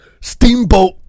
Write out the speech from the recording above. Steamboat